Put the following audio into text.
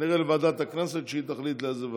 כנראה לוועדת הכנסת, כדי שהיא תחליט לאיזו ועדה.